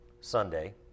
Sunday